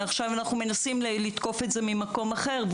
עכשיו אנחנו מנסים לתקוף את זה ממקום אחר,